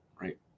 Right